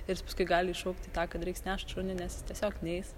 ir jis paskui gali iššaukti tą kad reiks nešt šunį nes jis tiesiog neis